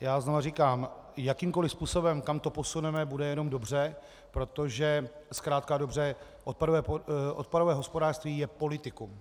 já znova říkám, jakýmkoliv způsobem, kam to posuneme, bude jenom dobře, protože zkrátka a dobře odpadové hospodářství je politikum.